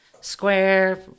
Square